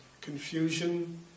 confusion